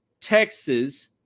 Texas